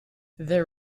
their